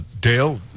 Dale